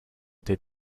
did